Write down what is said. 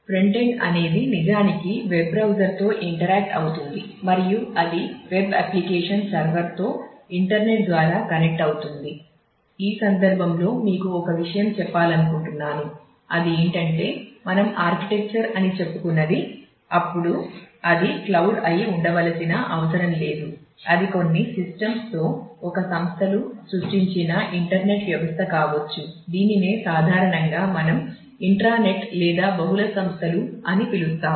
front end లేదా బహుళ సంస్థలు అని పిలుస్తాం